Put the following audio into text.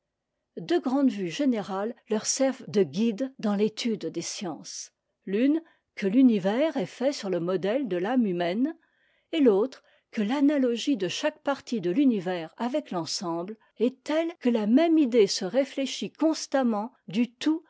deux grandes vues générales leur servent de guide dans l'étude des sciences l'une que l'univers est fait sur le modèle de l'âme humaine et l'autre que l'analogie de chaque partie de l'univers avec l'ensemble est telle que la même idée se réfléchit constamment du tout